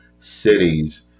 Cities